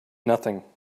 nothing